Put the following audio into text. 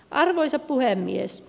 arvoisa puhemies